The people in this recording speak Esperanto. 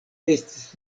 estis